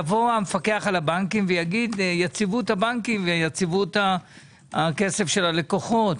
יבוא המפקח על הבנקים ויגיד: יציבות הבנקים ויציבות הכסף של הלקוחות.